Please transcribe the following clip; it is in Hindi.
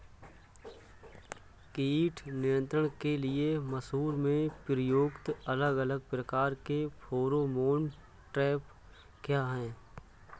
कीट नियंत्रण के लिए मसूर में प्रयुक्त अलग अलग प्रकार के फेरोमोन ट्रैप क्या है?